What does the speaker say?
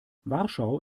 warschau